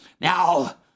Now